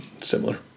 Similar